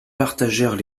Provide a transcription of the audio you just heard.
partagèrent